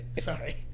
Sorry